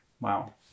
Wow